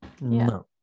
No